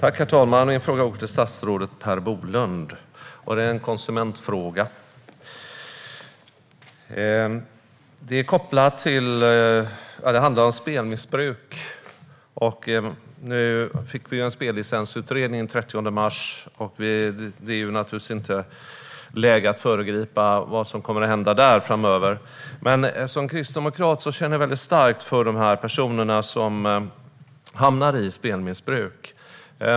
Herr talman! Min fråga går till statsrådet Per Bolund. Det är en konsumentfråga. Min fråga handlar om spelmissbruk. Det lades fram en spellicensutredning den 30 mars, och det är naturligtvis inte läge att föregripa vad som kommer att hända där framöver. Som kristdemokrat känner jag starkt för de personer som hamnar i spelmissbruk.